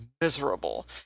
miserable